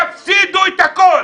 תפסידו את הכול,